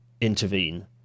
intervene